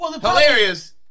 hilarious